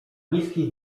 niskich